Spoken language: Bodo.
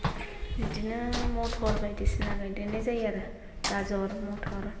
बिदिनो मथर बायदिसिना गायदेरनाय जायो आरो गाजर मथर